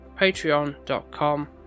patreon.com